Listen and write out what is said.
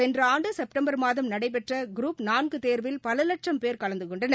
சென்றஆண்டுசெப்டம்பர் மாதம் நடைபெற்றகுருப் நான்குதோவில் பலலட்சும் போ் கலந்துகொண்டனர்